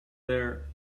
their